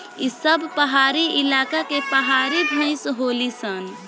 ई सब पहाड़ी इलाका के पहाड़ी भईस होली सन